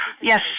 Yes